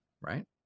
right